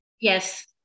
yes